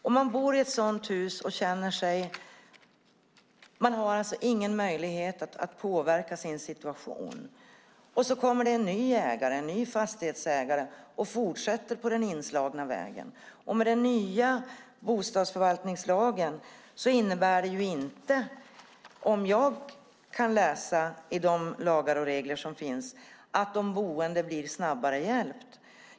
Om man bor i ett sådant hus och inte har någon möjlighet att påverka sin situation och så kommer det en ny fastighetsägare och fortsätter på den inslagna vägen innebär inte den nya bostadsförvaltningslagen, om jag kan läsa i de lagar och regler som finns, att de boende blir snabbare hjälpta.